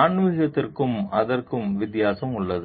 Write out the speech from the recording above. ஆன்மீகத்திற்கும் அதற்கும் வித்தியாசம் உள்ளது